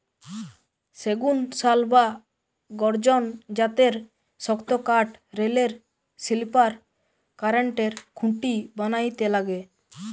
সেগুন, শাল বা গর্জন জাতের শক্তকাঠ রেলের স্লিপার, কারেন্টের খুঁটি বানাইতে লাগে